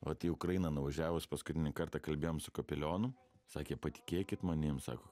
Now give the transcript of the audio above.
vat į ukrainą nuvažiavus paskutinį kartą kalbėjom su kapelionu sakė patikėkit manim sako